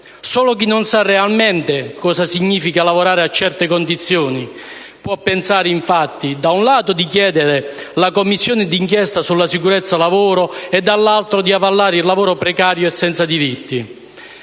Solo chi non sa realmente cosa significa lavorare a certe condizioni può pensare infatti, da un lato, di chiedere la Commissione d'inchiesta sulla sicurezza sul lavoro e, dall'altro, di avallare il lavoro precario e senza diritti.